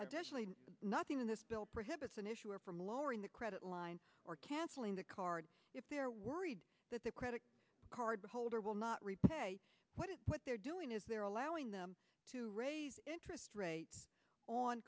additionally nothing in this bill prohibits an issue or from lowering the credit line or cancelling the card if they're worried that the credit card holder will not repay what it what they're doing is they're allowing them to raise interest rates on